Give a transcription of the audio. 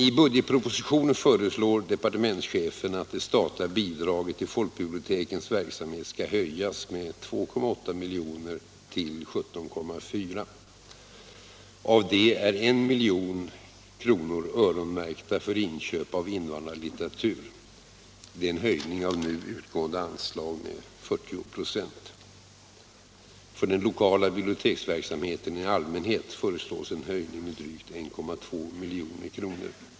I budgetpropositionen föreslår departementschefen att det statliga bidraget till folkbibliotekens verksamhet skall höjas med 2,8 milj.kr. till 17,4 milj.kr. Av detta är I milj.kr. öronmärkta för inköp av invandrarlitteratur. Det är en höjning av nu utgående anslag med 40 96. För den lokala biblioteksverksamheten i allmänhet föreslås en höjning med drygt 1,2 milj.kr.